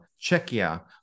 Czechia